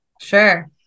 sure